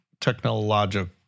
technological